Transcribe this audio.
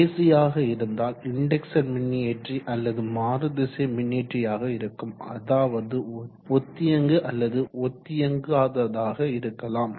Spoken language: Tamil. ஏசி ஆக இருந்தால் இன்டெக்சன் மின்னியற்றி அல்லது மாறுதிசை மின்னியற்றி யாக இருக்கும் அதாவது ஒத்தியங்கு அல்லது ஒத்தியங்காததாக இருக்கலாம்